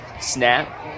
Snap